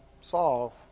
solve